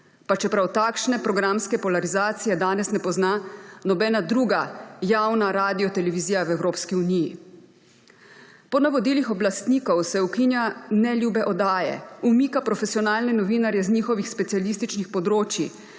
pa čeprav takšne programske polarizacije danes ne pozna nobena druga javna radiotelevizija v Evropski uniji. Po navodilih oblastnikov se ukinja neljube oddaje, umika profesionalne novinarje z njihovih specialističnih področij,